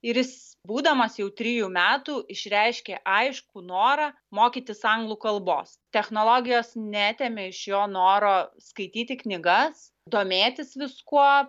ir jis būdamas jau trijų metų išreiškė aiškų norą mokytis anglų kalbos technologijos neatėmė iš jo noro skaityti knygas domėtis viskuo